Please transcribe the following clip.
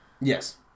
Yes